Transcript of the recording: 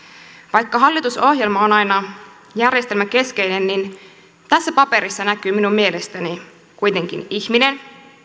vaikka hallitusohjelma on aina järjestelmäkeskeinen niin tässä paperissa näkyy minun mielestäni kuitenkin ihminen